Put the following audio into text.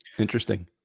interesting